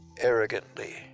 arrogantly